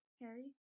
Harry